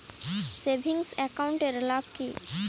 Savings account এর কি লাভ?